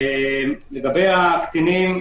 לגבי הקטינים,